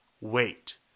wait